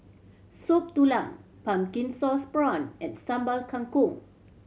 Soup Tulang pumpkin sauce prawn and Sambal Kangkong